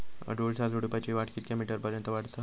अडुळसा झुडूपाची वाढ कितक्या मीटर पर्यंत वाढता?